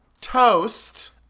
Toast